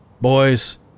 Boys